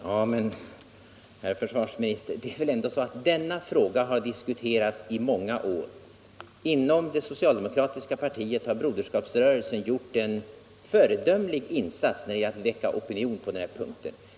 Herr talman! Ja, herr försvarsminister, men det är väl ändå så att denna fråga har diskuterats i många år. Inom det socialdemokratiska partiet har Broderskapsrörelsen gjort en föredömlig insats när det gäller att väcka opinion på den här punkten.